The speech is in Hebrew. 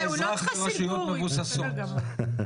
אדוני היושב-ראש,